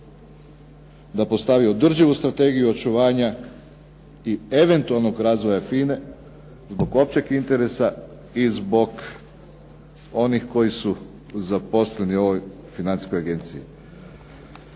da postavi održivu strategiju očuvanja i eventualnog razvoja FINA-e zbog općeg interesa i zbog onih koji su zaposleni u ovoj financijskoj agenciji.